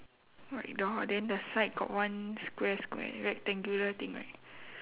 white door then the side got one square square rectangular thing right